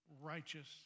righteous